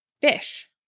fish